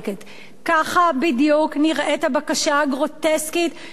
ככה בדיוק נראית הבקשה הגרוטסקית שהעבירה